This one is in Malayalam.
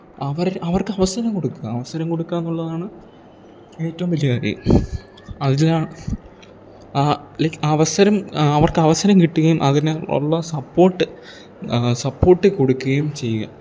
അവർ അവർക്ക് അവസരം കൊടുക്കാൻ അവസരം കൊടുക്കുക എന്നുള്ളതാണ് ഏറ്റോം വലിയ കാര്യം അതിൽ ആ ലൈക്ക് അവസരം അവർക്ക് അവസരം കിട്ട്കേം അതിന് ഉള്ള സപ്പോട്ട് സപ്പോട്ട് കൊടുക്കുകയും ചെയ്യുക